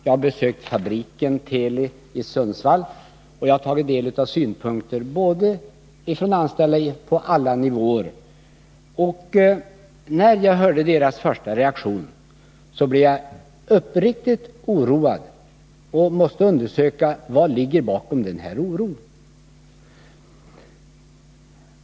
Jag har besökt fabriken Teli i Sundsvall och tagit del av synpunkter från anställda på alla nivåer. När jag hörde deras första reaktion blev jag uppriktigt bekymrad och var tvungen att undersöka vad som låg bakom deras oro.